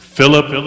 Philip